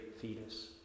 fetus